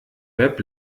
web